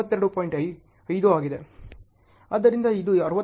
5 ಆಗಿದೆ ಆದ್ದರಿಂದ ಇದು 62